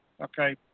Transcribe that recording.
okay